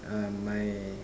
uh my